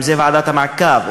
אם זה ועדת המעקב,